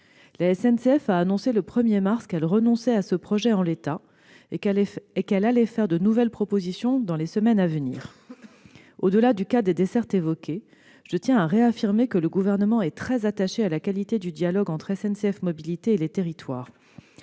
La SNCF a annoncé le 1 mars qu'elle renonçait à ce projet en l'état et qu'elle allait faire de nouvelles propositions dans les semaines à venir. Au-delà du cas des dessertes évoquées, je tiens à réaffirmer que le Gouvernement est très attaché à la qualité du dialogue entre SNCF Mobilités et les territoires.